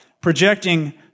projecting